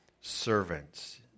servants